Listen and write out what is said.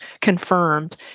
confirmed